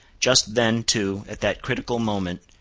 just then, too, at that critical moment,